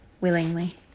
willingly